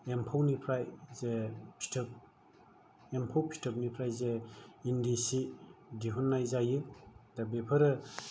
एमफौनिफ्राय जे फिथोब एमफौ फिथोबनिफ्रायजे इन्दि सि दिहुननाय जायो दा बेफोरो